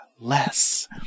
less